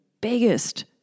biggest